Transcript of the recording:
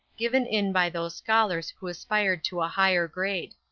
given in by those scholars who aspired to a higher grade.